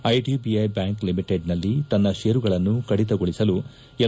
IDI blank ಲಿಮಿಟಿಡ್ನಲ್ಲಿ ತನ್ನ ಷೇರುಗಳನ್ನು ಕಡಿತಗೊಳಿಸಲು ಎಲ್